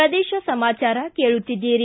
ಪ್ರದೇಶ ಸಮಾಚಾರ ಕೇಳುತ್ತಿದ್ದೀರಿ